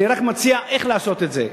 אני רק מציע איך לעשות את זה.